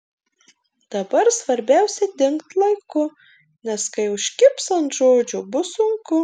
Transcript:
dabar svarbiausia dingt laiku nes kai užkibs ant žodžio bus sunku